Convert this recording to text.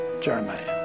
Jeremiah